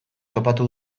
topatu